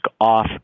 off